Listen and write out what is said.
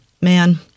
man